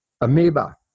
Amoeba